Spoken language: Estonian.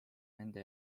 nende